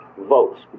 votes